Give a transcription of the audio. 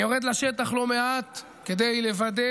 אני יורד לשטח לא מעט כדי לוודא